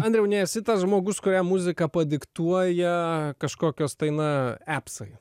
andriau nesi tas žmogus kuriam muziką padiktuoja kažkokios tai na epsai